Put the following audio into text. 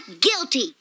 guilty